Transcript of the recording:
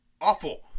awful